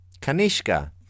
Kanishka